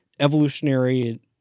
evolutionary